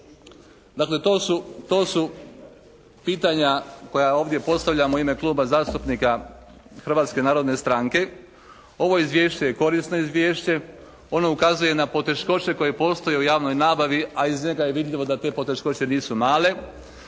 Dakle to su pitanja koja ovdje postavljam u ime Kluba zastupnika Hrvatske narodne stranke. Ovo izvješće je korisno izvješće. Ono ukazuje na poteškoće koje postoje u javnoj nabavi, a iz njega je vidljivo da te poteškoće nisu male.